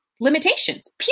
limitations